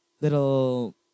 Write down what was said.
little